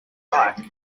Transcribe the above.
their